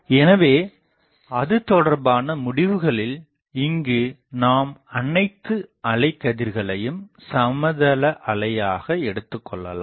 எனவே அது தொடர்பான முடிவுகளில் இங்கு நாம் அனைத்து அலை கதிர்களையும் சமதளஅலையாக எடுத்துக்கொள்ளலாம்